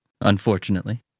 unfortunately